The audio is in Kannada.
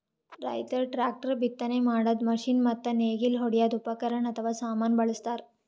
ರೈತರ್ ಟ್ರ್ಯಾಕ್ಟರ್, ಬಿತ್ತನೆ ಮಾಡದ್ದ್ ಮಷಿನ್ ಮತ್ತ್ ನೇಗಿಲ್ ಹೊಡ್ಯದ್ ಉಪಕರಣ್ ಅಥವಾ ಸಾಮಾನ್ ಬಳಸ್ತಾರ್